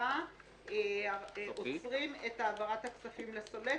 החלטה עוצרים את העברת הכספים לסולק,